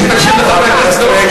הוא מחויב לשבת ולשמוע את השטויות שלך,